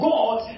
God